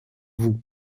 vous